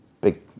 Big